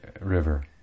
river